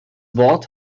wort